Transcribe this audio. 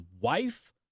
wife